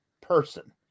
person